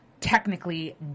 technically